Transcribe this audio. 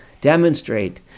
demonstrate